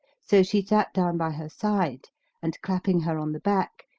so she sat down by her side and, clapping her on the back,